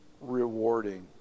rewarding